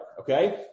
okay